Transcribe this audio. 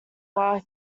while